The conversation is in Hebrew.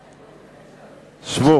שבו.